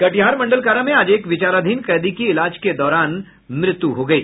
कटिहार मंडल कारा में आज एक विचाराधीन कैदी की इलाज के दौरान मृत्यु हो गयी